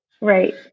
Right